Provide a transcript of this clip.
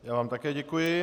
Já vám také děkuji.